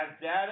data